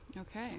Okay